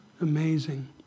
Amazing